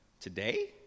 Today